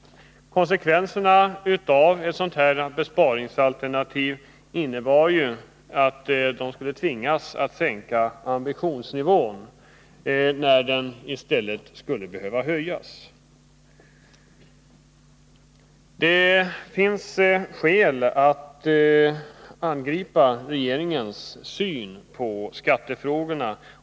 Konsekvenserna av sådana här besparingsalternativ blir att länsstyrelserna tvingas sänka ambitionsnivån, när den i stället skulle behöva höjas. Det finns skäl att angripa regeringens syn på skattefrågorna.